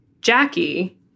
Jackie